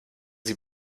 sie